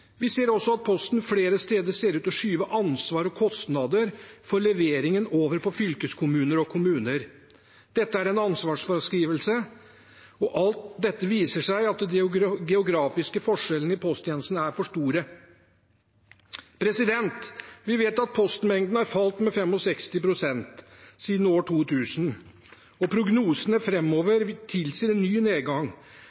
Vi ser også at Posten flere steder ser ut til å skyve ansvaret og kostnader for leveringen over på fylkeskommuner og kommuner. Dette er ansvarsfraskrivelse, og alt dette viser at de geografiske forskjellene i posttjenestene er for store. Vi vet at postmengden har falt med 65 pst. siden år 2000. Prognosene